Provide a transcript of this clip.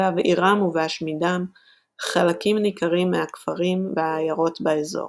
בהבעירם ובהשמידם חלקים ניכרים מהכפרים והעיירות באזור.